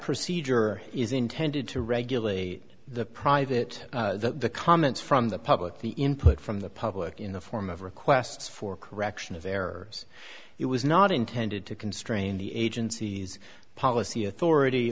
procedure is intended to regulate the private comments from the public the input from the public in the form of requests for correction of errors it was not intended to constrain the agency's policy authority